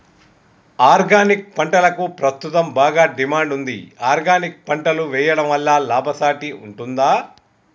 Organic పంటలకు ప్రస్తుతం బాగా డిమాండ్ ఉంది ఆర్గానిక్ పంటలు వేయడం వల్ల లాభసాటి ఉంటుందా?